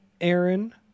Aaron